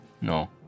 No